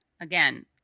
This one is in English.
Again